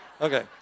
Okay